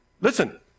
listen